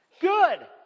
Good